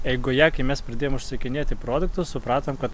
eigoje kai mes pradėjom užsakinėti produktų supratom kad